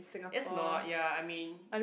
let's not ya I mean